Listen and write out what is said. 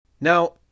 Now